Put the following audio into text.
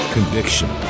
Conviction